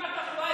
אם התחלואה